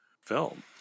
film